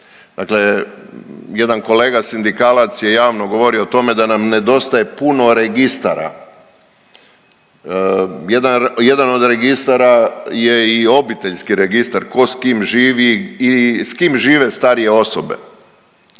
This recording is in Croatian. dakle jedan kolega sindikalac je javno govorio o tome da nam nedostaje puno registara, jedan od registara je i Obiteljski registar, ko s kim živi i s